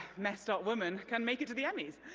messed up woman can make it to the emmys.